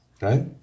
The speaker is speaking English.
Right